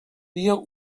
dia